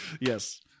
Yes